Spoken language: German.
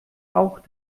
auch